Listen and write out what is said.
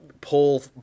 pull